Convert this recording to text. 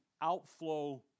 outflow